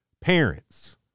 parents